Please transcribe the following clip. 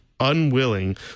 Unwilling